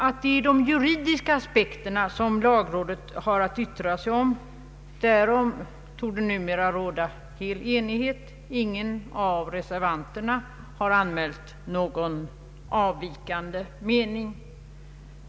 Att det är de juridiska aspekterna som lagrådet har att yttra sig om, därom torde numera råda enighet. Ingen av reservanterna har anmält någon avvikande mening.